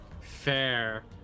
Fair